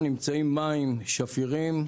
נמצאים מים שפירים,